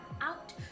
out